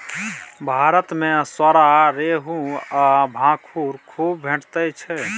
भारत मे सौरा, रोहू आ भाखुड़ खुब भेटैत छै